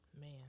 Man